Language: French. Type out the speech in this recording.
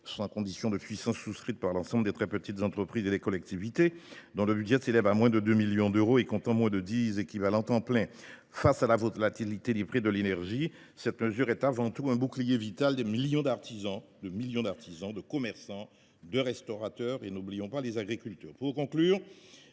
sans condition de puissance souscrite à l’ensemble des très petites entreprises et des collectivités dont le budget s’élève à moins de 2 millions d’euros et comptant moins de dix équivalents temps plein. Face à la volatilité des prix de l’énergie, il s’agit d’un bouclier vital pour nos millions d’artisans, de commerçants, de restaurateurs et d’agriculteurs.